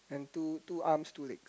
and two two arms two legs